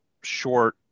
short